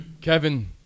Kevin